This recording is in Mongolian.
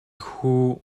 хүү